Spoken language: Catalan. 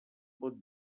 pot